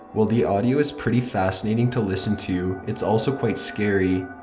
while the audio is pretty fascinating to listen to, it's also quite scary.